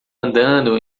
andando